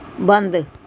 ਬੰਦ